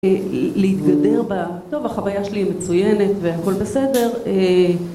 להתגדר בה, טוב החוויה שלי היא מצוינת והכל בסדר